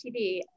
TV